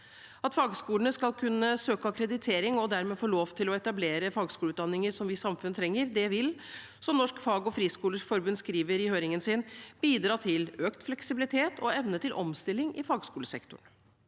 At fagskolene skal kunne søke akkreditering og dermed få lov til å etablere fagskoleutdanninger vi som samfunn trenger, vil – som Norske Fag- og Friskolers Landsforbund skriver i høringen – bidra til økt fleksibilitet og evne til omstilling i fagskolesektoren.